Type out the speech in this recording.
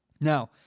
Now